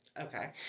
Okay